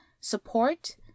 support